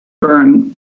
burn